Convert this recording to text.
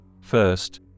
First